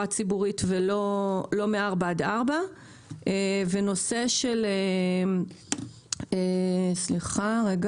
הציבורית ולא מ-04:00 עד 04:00. הצעה שנייה